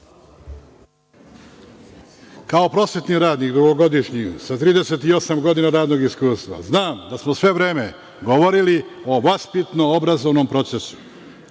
Kao prosvetni dugogodišnji radnik, sa 38 godina radnog iskustva, znam da smo sve vreme govorili o vaspitno obrazovnom procesu.